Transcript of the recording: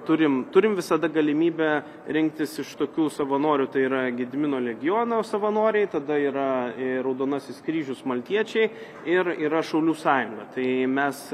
turim turim visada galimybę rinktis iš tokių savanorių tai yra gedimino legiono savanoriai tada yra raudonasis kryžius maltiečiai ir yra šaulių sąjunga tai mes